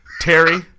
Terry